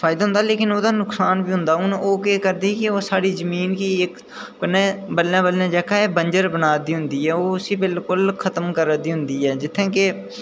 फायदा होंदा लेकिन ओह्दा नुक्सान बी होंदा लेकिन ओह् केह् करदे की ओह् साढ़ी जमीन गी कन्नै बल्लें बल्लें जेह्का एह् बंजर बना दी होंदी ओह् उसी बिल्कुल खत्म करा दी होंदी ऐ जित्थै कि